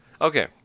Okay